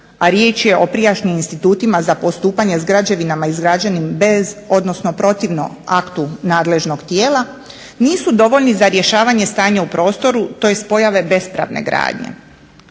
a riječ je o prijašnjim institutima za postupanje s građevinama izgrađenim bez, odnosno protivno aktu nadležnog tijela, nisu dovoljni za rješavanje stanja u prostoru tj. pojave bespravne gradnje.